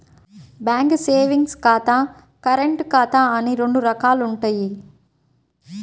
bank savings ఖాతా, current ఖాతా అని రెండు రకాలుంటయ్యి